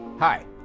Hi